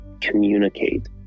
communicate